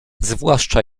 zwłaszcza